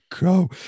go